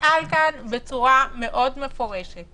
שאלנו בצורה מאוד מפורשת